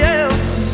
else